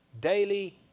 daily